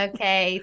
Okay